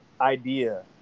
idea